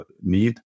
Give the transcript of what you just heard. need